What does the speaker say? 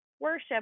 worship